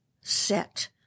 set